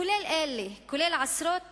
כולל עשרות